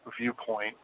viewpoint